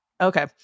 Okay